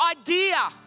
idea